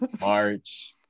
March